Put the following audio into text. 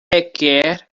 requer